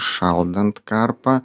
šaldant karpą